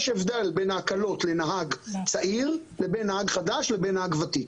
יש הבדל בהקלות בין נהג צעיר לבין נהג חדש לבין נהג ותיק.